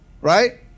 Right